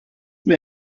mir